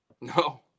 No